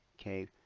Okay